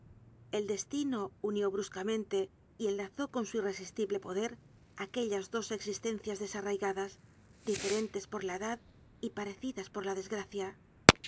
el destino unió bruscamente y enlazó con su irresistible poder aquellas dos existencias desarraigadas diferentes por la edad y parecidas por la desgracia